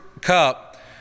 cup